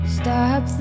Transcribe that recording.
stop